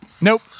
Nope